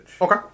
Okay